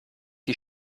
die